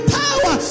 power